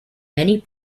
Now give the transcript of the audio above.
many